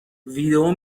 ویدئو